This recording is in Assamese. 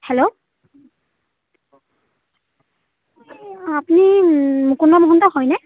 হেল্ল' আপুনি মুকুন্দ মহন্ত হয়নে